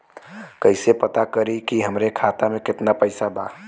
कइसे पता करि कि हमरे खाता मे कितना पैसा बा?